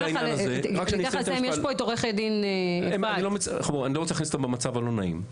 יש פה את עורכת דין- -- אני לא רוצה להכניס אותם למצב לא נעים.